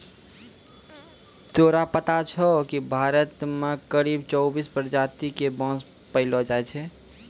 तोरा पता छौं कि भारत मॅ करीब चौबीस प्रजाति के बांस पैलो जाय छै